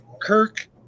Kirk